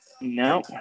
No